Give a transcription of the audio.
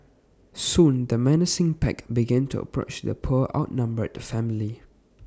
soon the menacing pack begin to approach the poor outnumbered family